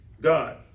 God